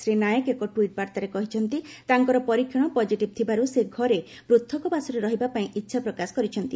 ଶ୍ରୀ ନାଏକ ଏକ ଟ୍ପିଟ୍ ବାର୍ତ୍ତାରେ କହିଛନ୍ତି ତାଙ୍କର ପରୀକ୍ଷଣ ପକ୍କିଟିଭ୍ ଥିବାରୁ ସେ ଘରେ ପୃଥକବାସରେ ରହିବା ପାଇଁ ଇଚ୍ଛା ପ୍ରକାଶ କରିଛନ୍ତି